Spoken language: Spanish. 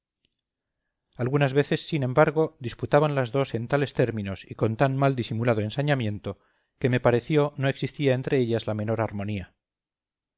algunas veces sin embargo disputaban las dos en tales términos y con tan mal disimulado ensañamiento que me pareció no existía entre ellas la mejor armonía